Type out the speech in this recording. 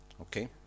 Okay